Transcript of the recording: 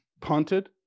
Punted